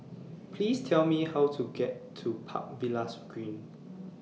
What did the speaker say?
Please Tell Me How to get to Park Villas Green